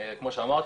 כמו שאמרתי,